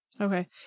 Okay